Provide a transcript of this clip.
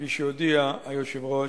כפי שהודיע היושב-ראש,